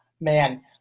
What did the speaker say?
man